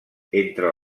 entre